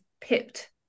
pipped